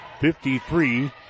53